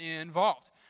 involved